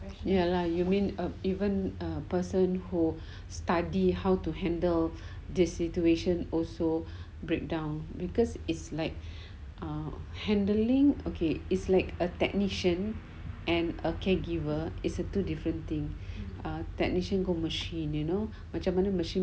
ya lah you mean a even a person who study how to handle the situation also breakdown because it's like a handling okay is like a technician and a caregiver is a two different thing ah technician go machine you know macam mana machine